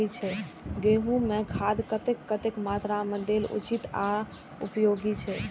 गेंहू में खाद कतेक कतेक मात्रा में देल उचित आर उपयोगी छै?